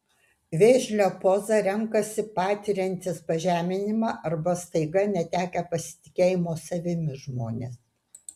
vėžlio pozą renkasi patiriantys pažeminimą arba staiga netekę pasitikėjimo savimi žmonės